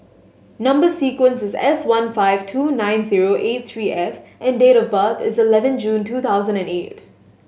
number sequence is S one five two nine zero eight three F and date of birth is eleven June two thousand and eight